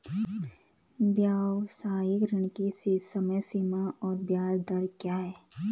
व्यावसायिक ऋण की समय सीमा और ब्याज दर क्या है?